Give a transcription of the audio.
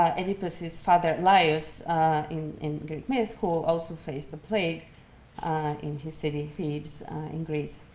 ah oedipus's father laius in in greek myth, who also faced a plague in his city thebes in greece,